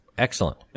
Excellent